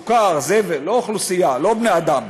סוכר, זבל, לא אוכלוסייה, לא בני אדם,